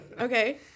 Okay